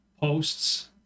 posts